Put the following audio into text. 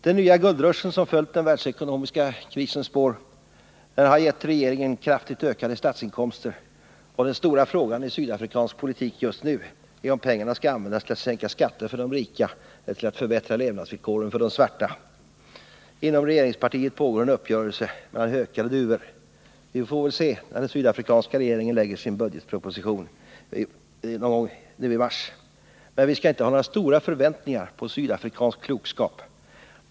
Den nya guldrushen, som följt i den världsekonomiska krisens spår, har gett regeringen kraftigt ökade statsinkomster. Och den stora frågan i sydafrikansk politik just nu är om pengarna skall användas till att sänka skatterna för de vita eller till att förbättra levnadsvillkoren för de svarta. Inom regeringspartiet pågår en uppgörelse mellan hökar och duvor. Vi får se resultatet när den sydafrikanska regeringen nu i mars lägger fram sin budgetproposition. Men vi skall inte ha några stora förväntningar på sydafrikansk klokskap.